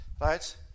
right